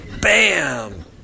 bam